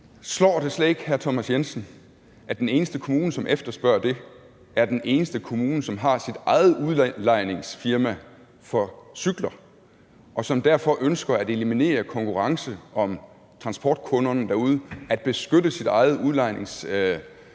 Jensen, at den eneste kommune, som efterspørger det, er den eneste kommune, som har sit eget udlejningsfirma for cykler – og som derfor ønsker at eliminere konkurrence om transportkunderne derude og at beskytte sit eget udlejningsfirma